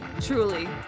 Truly